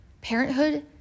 Parenthood